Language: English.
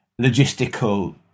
logistical